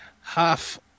half